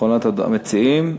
אחרונת המציעים.